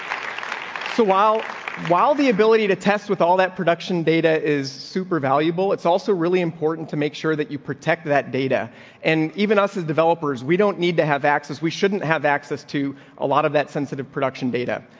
while while the ability to test with all that production data is super valuable, it's also really important to make sure that you protect that data and even us is developers. we don't need to have access. we shouldn't have access to a lot of that sensitive production data.